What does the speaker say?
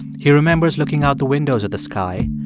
he remembers looking out the windows at the sky.